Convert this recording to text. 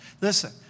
Listen